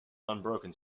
unbroken